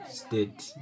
state